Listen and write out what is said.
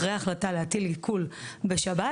אחרי ההחלטה להטיל עיקול בשב"ס,